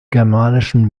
germanischen